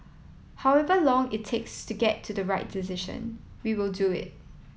however long it takes to get to the right decision we will do it